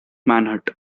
manhunt